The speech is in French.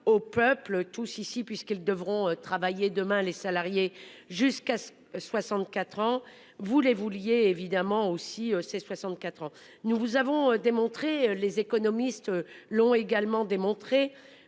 au peuple tous ici puisqu'ils devront travailler demain les salariés jusqu'à 64 ans vous voulez-vous vouliez évidemment aussi ses 64 ans. Nous vous avons démontré les économistes l'ont également démontré.